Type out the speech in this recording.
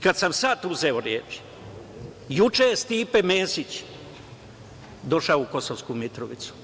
Kada sam sada uzeo reč, juče je Stipe Mesić došao u Kosovsku Mitrovicu.